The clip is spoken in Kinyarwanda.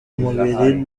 mubiri